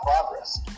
progress